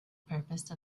purpose